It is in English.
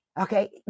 okay